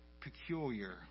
peculiar